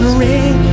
ring